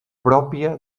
pròpia